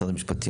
משרד המשפטים.